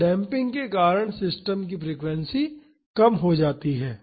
तो डेम्पिंग के कारण सिस्टम की फ्रीक्वेंसी कम हो जाती है